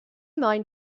moyn